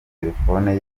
telefone